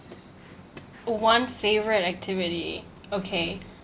one favourite activity okay